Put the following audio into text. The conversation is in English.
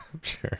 Sure